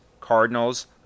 Cardinals